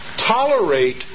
tolerate